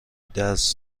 درس